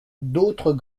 d’autres